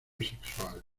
sexual